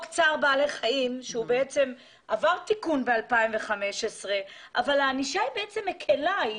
חוק צער בעלי חיים עבר תיקון בשנת 2015 אבל הענישה היא מקלה.